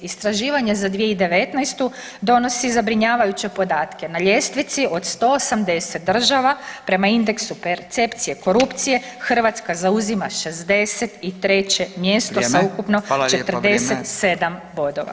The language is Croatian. Istraživanje za 2019. donosi zabrinjavajuće podatke, na ljestvici od 180 država prema indeksu percepcije korupcije Hrvatska zauzima 63. mjesto [[Upadica Radin: Vrijeme, hvala lijepo, vrijeme.]] sa ukupno 47 bodova.